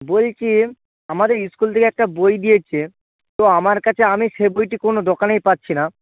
বলচি আমাদের স্কুল থেকে একটা বই দিয়েছে তো আমার কাছে আমি সে বইটি কোনও দোকানেই পাচ্ছিনা